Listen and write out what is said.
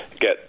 get